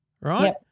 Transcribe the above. right